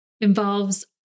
involves